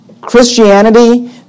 Christianity